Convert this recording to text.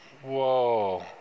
whoa